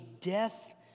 death